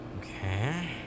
Okay